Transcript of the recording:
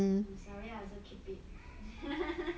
sorry I also keep it ha ha ha